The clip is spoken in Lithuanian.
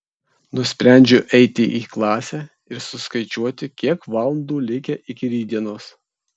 nusprendžiu eiti į klasę ir suskaičiuoti kiek valandų likę iki rytdienos